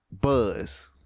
buzz